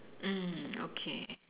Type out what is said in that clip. mm okay